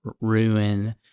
ruin